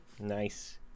Nice